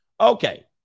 okay